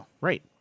Right